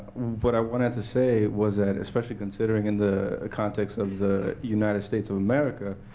what i wanted to say was that, especially considering in the context of the united states of america,